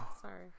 Sorry